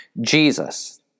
Jesus